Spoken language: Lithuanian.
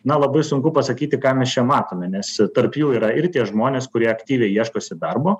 na labai sunku pasakyti ką mes čia matome nes tarp jų yra ir tie žmonės kurie aktyviai ieškosi darbo